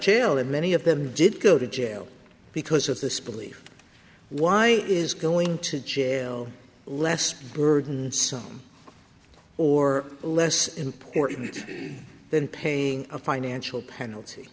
jail and many of them did go to jail because of this belief why is going to jail less burdensome or less important than paying a financial penalty